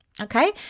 Okay